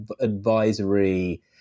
advisory